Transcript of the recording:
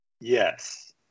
Yes